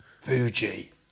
Fuji